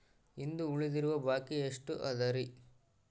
ಇಂದು ಉಳಿದಿರುವ ಬಾಕಿ ಎಷ್ಟು ಅದರಿ?